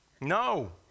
No